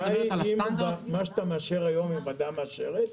השאלה היא אם מה שאתה מאשר היום הוועדה מאשרת,